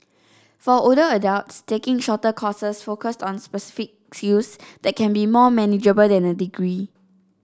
for older adults taking shorter courses focused on specific skills they can be more manageable than a degree